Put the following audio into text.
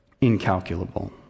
incalculable